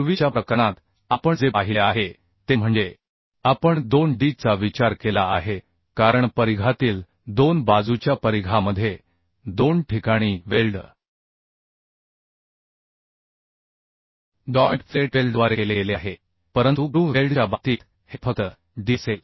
पूर्वीच्या प्रकरणात आपण जे पाहिले आहे ते म्हणजे आपण 2 डी चा विचार केला आहे कारण परिघातील दोन बाजूच्या परिघामध्ये दोन ठिकाणी वेल्ड जॉइंट फिलेट वेल्डद्वारे केले गेले आहे परंतु ग्रूव्ह वेल्डच्या बाबतीत हे फक्त डी असेल